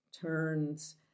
turns